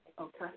Okay